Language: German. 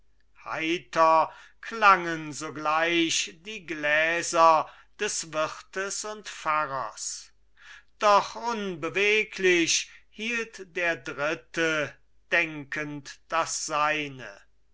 heiter klangen sogleich die gläser des wirtes und pfarrers doch unbeweglich hielt der dritte denkend das seine